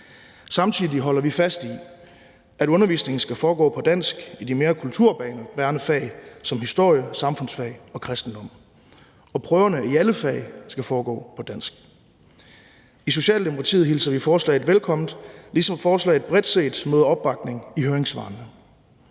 Samtidig holder vi fast i, at undervisningen skal foregå på dansk i de mere kulturbærende fag som historie, samfundsfag og kristendom. Og prøverne i alle fag skal foregå på dansk. I Socialdemokratiet hilser vi forslaget velkommen, ligesom forslaget bredt set møder opbakning i høringssvarene.